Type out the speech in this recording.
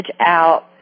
out